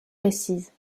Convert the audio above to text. précises